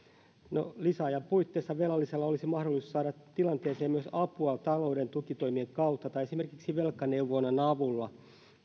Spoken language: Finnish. no lisäajan puitteissa velallisella olisi mahdollisuus saada tilanteeseen myös apua talouden tukitoimien kautta tai esimerkiksi velkaneuvonnan avulla